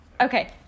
Okay